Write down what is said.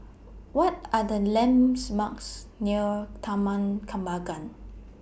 What Are The lands Marks near Taman Kembangan